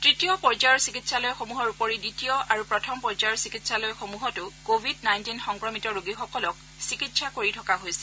তৃতীয় পৰ্য্যায়ৰ চিকিৎসালয়সমূহৰ উপৰি দ্বিতীয় আৰু প্ৰথম পৰ্য্যায়ৰ চিকিৎসালয়সমূহতো কোৱিড নাইণ্টিন সংক্ৰমিত ৰোগীসকলক চিকিৎসা কৰি থকা হৈছে